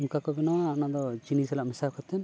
ᱚᱱᱠᱟ ᱠᱚ ᱵᱮᱱᱟᱣᱟ ᱚᱱᱠᱟᱫ ᱪᱤᱱᱤ ᱥᱟᱞᱟᱜ ᱢᱮᱥᱟ ᱠᱟᱛᱮᱫ